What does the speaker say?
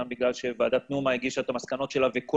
גם בגלל שוועדת נומה הגישה את מסקנותיה וכל